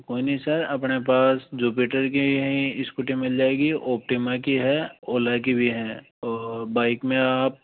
कोई नहीं सर अपने पास जुपिटर की ही स्कूटी मिल जाएगी ऑप्टिमा की है ओला की भी है बाइक में आप